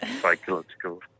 psychological